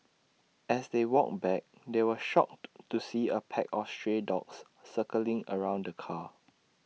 as they walked back they were shocked to see A pack of stray dogs circling around the car